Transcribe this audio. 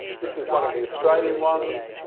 this is one of the australian ones,